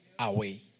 away